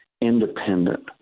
independent